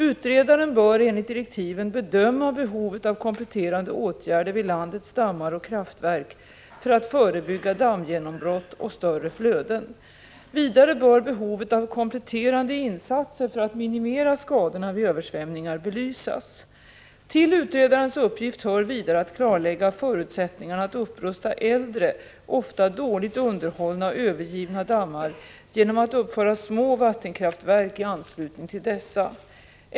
Utredaren bör enligt direktiven bedöma behovet av kompletterande åtgärder vid landets dammar och kraftverk för att förebygga dammgenombrott och större flöden. Vidare bör behovet av kompletterande insatser för att minimera skadorna vid översvämningar belysas. Till utredarens uppgift hör vidare att klarlägga förutsättningarna att upprusta äldre, ofta dåligt underhållna och övergivna dammar genom att uppföra små vattenkraftverk i anslutning till dessa.